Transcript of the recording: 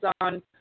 on